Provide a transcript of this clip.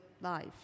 life